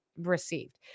received